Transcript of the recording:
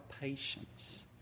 patience